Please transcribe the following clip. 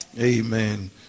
amen